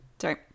Sorry